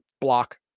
Block